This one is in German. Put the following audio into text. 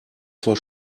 vor